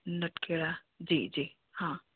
नटखेड़ा जी जी हा